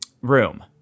room